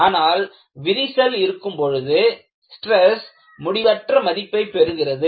ஆனால் விரிசல் இருக்கும்பொழுது ஸ்டிரஸ் முடிவற்ற மதிப்பைப் பெறுகிறது